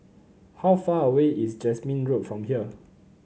how far away is Jasmine Road from here